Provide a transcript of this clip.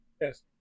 Yes